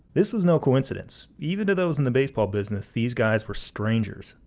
this was no coincidence. even to those in the baseball business, these guys were strangers,